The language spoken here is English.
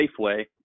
Safeway